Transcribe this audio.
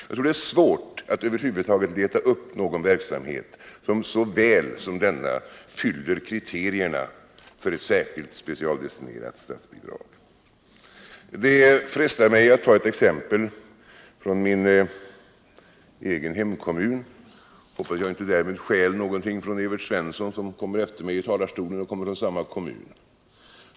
Jag tror att det är svårt att över huvud taget leta upp någon verksamhet, som så väl som denna fyller kriterierna för ett särskilt specialdestinerat statsbidrag. Det frestar mig att ge ett exempel från min egen hemkommun. Jag hoppas att jag därmed inte stjäl någonting från Evert Svensson, som skall uppträda efter mig i talarstolen och som kommer från samma kommun.